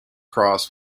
cross